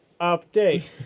Update